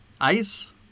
ice